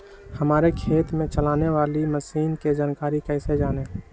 हमारे खेत में चलाने वाली मशीन की जानकारी कैसे जाने?